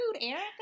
erica